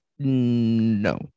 no